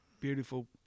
beautiful